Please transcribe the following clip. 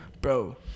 Bro